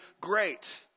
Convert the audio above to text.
great